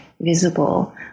visible